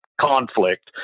conflict